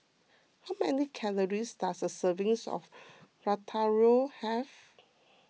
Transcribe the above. how many calories does a servings of Ratatouille have